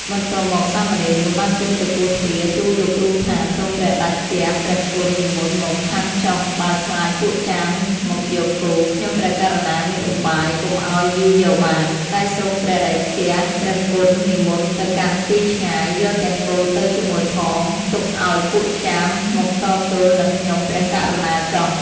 បន្ទាប់មក សាមណេរនោះបានចូលទៅគោះទ្វារទូលលោកគ្រូថា "សូមព្រះតេជះព្រះគុណនិមន្តមកឆាន់ចុះ បើខ្លាចពួកចាមមកយកគោ ខ្ញុំព្រះករុណាមានឧបាយកុំឲ្យវាយកបាន តែសូមព្រះតេជព្រះគុណនិមន្តទៅកាន់ទីឆ្ងាយ យកទាំងគោទៅជាមួយផង ទុកឲ្យពួកចាមមកតទល់នឹងខ្ញុំព្រះករុណាចុះ"។